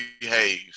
behave